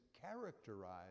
characterize